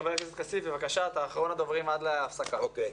חה"כ כסיף, אחרון הדוברים עד להפסקה, בבקשה.